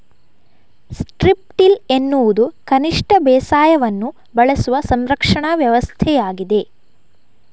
strip till ಎನ್ನುವುದು ಕನಿಷ್ಟ ಬೇಸಾಯವನ್ನು ಬಳಸುವ ಸಂರಕ್ಷಣಾ ವ್ಯವಸ್ಥೆಯಾಗಿದೆ